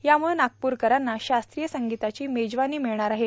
यामुळं नागपूरकरांना शास्त्रीय संगिताची मेजवानी मिळणार आहे